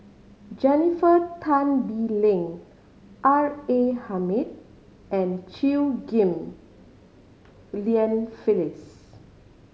Jennifer Tan Bee Leng R A Hamid and Chew Ghim Lian Phyllis